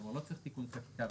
כלומר, לא צריך תיקון חקיקה ראשית.